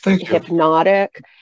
hypnotic